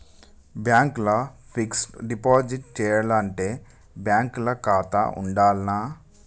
Bank ల fixed deposit చేయాలంటే bank ల ఖాతా ఉండాల్నా?